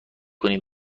کنین